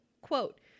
Quote